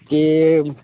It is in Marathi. ते